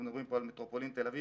אנחנו מדברים פה על מטרופולין תל אביב